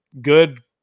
good